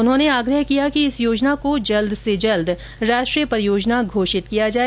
उन्होंने आग्रह किया कि इस योजना को जल्द से जल्द राष्ट्रीय परियोजना घोषित किया जाए